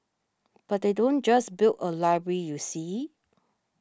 but they don't just build a library you see